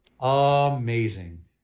Amazing